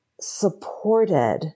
supported